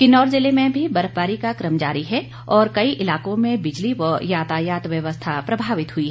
किन्नौर जिले में भी बर्फबारी का कम जारी है और कई इलाकों में बिजली व यातायात व्यवस्था प्रभावित हुई है